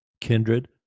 kindred